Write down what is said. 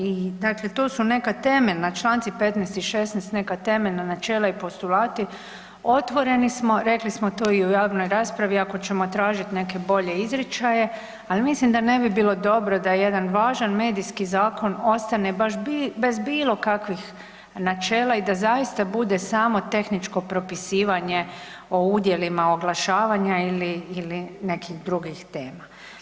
I dakle to su neka temeljna, čl. 15. i 16. neka temeljna načela i postulati, otvoreni smo, rekli smo to i u javnoj raspravi, ako ćemo tražiti neke bolje izričaje ali mislim da ne bi bilo dobro da jedan važan medijski zakon ostane bez bilokakvih načela i da zaista bude samo tehničko propisivane o udjelima oglašavanja ili nekih drugih tema.